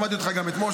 שמעתי אותך גם אתמול,